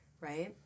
right